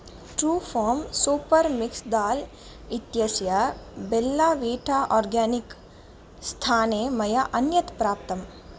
Truefarm super mix दाल् इत्यस्य Bella Vita organic स्थाने मया अन्यत् प्राप्तम्